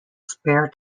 spar